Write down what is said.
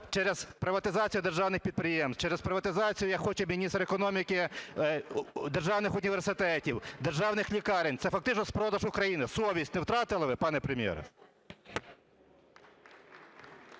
через приватизацію державних підприємств, через приватизацію, як хоче міністр економіки, державних університетів, державних лікарень? Це фактично розпродаж України. Совість не втратили ви, пане Прем'єре?